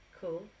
cool